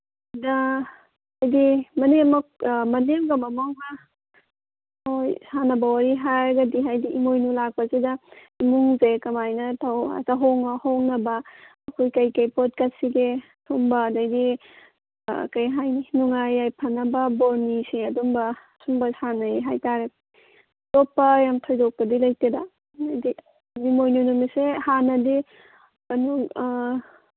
ꯑꯗꯩ ꯃꯅꯦꯝ ꯃꯅꯦꯝꯒ ꯃꯃꯧꯒ ꯍꯣꯏ ꯁꯥꯅꯕ ꯋꯥꯔꯤ ꯍꯥꯏꯔꯒꯗꯤ ꯍꯥꯏꯕꯗꯤ ꯏꯃꯣꯏꯅꯨ ꯂꯥꯠꯄꯁꯤꯗ ꯏꯃꯨꯡꯁꯦ ꯀꯃꯥꯏꯅ ꯆꯥꯍꯣꯡ ꯉꯥꯍꯣꯡꯅꯕ ꯑꯩꯈꯣꯏ ꯀꯔꯤ ꯀꯔꯤ ꯄꯣꯠ ꯀꯠꯁꯤꯒꯦ ꯁꯨꯝꯕ ꯑꯗꯒꯤꯗꯤ ꯀꯩ ꯍꯥꯏꯅꯤ ꯅꯨꯡꯉꯥꯏ ꯌꯥꯏꯐꯅꯕ ꯕꯣꯔ ꯅꯤꯁꯤ ꯑꯗꯨꯒꯨꯝꯕ ꯁꯨꯝꯕ ꯁꯥꯟꯅꯩ ꯍꯥꯏ ꯇꯥꯔꯦ ꯑꯇꯣꯞꯄ ꯊꯣꯏꯗꯣꯛꯄꯗꯤ ꯂꯩꯇꯦꯗ ꯍꯥꯏꯗꯤ ꯏꯃꯣꯏꯅꯨ ꯅꯨꯃꯤꯠꯁꯦ ꯍꯥꯟꯅꯗꯤ